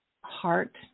heart